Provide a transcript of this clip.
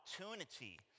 opportunity